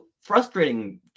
frustrating